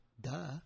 Duh